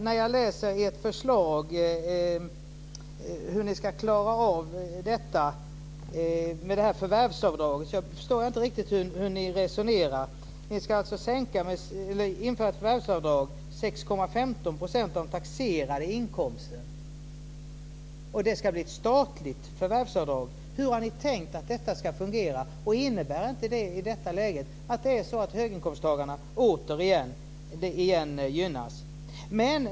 När jag läser ert förslag för att klara av detta med det här förvärvsavdraget, förstår jag inte riktigt hur ni resonerar. Ni ska alltså införa ett förvärvsavdrag på 6,15 % av den taxerade inkomsten, och det ska bli ett statligt förvärvsavdrag. Hur har ni tänkt att detta ska fungera? Innebär inte det i detta läge att höginkomsttagarna återigen gynnas?